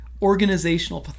organizational